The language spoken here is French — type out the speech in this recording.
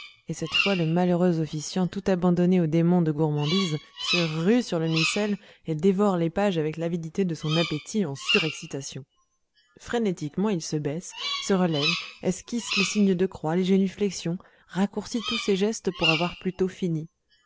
et cette fois le malheureux officiant tout abandonné au démon de gourmandise se rue sur le missel et dévore les pages avec l'avidité de son appétit en surexcitation frénétiquement il se baisse se relève esquisse les signes de croix les génuflexions raccourcit tous ses gestes pour avoir plus tôt fini